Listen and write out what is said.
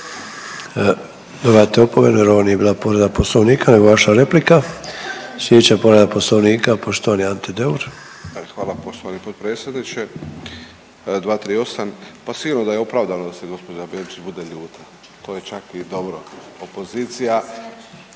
Hvala g. potpredsjedniče. 238, pa sigurno da je opravdano da se gđa. Benčić bude ljuta. To je čak i dobro. Opozicija,